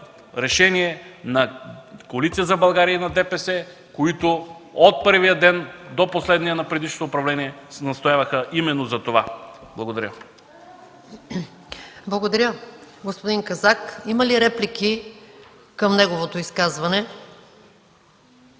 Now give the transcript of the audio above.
решение на Коалиция за България и на ДПС, които от първия ден до последния на предишното управление настояваха именно за това. Благодаря. ПРЕДСЕДАТЕЛ МАЯ МАНОЛОВА: Благодаря, господин Казак. Има ли реплики към неговото изказване?